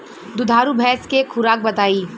दुधारू भैंस के खुराक बताई?